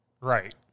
right